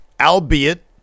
albeit